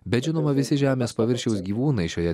bet žinoma visi žemės paviršiaus gyvūnai šioje